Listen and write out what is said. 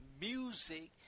music